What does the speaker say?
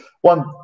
one